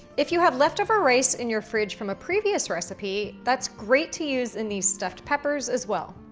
if you have leftover rice in your fridge from a previous recipe, that's great to use in these stuff peppers as well.